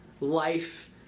life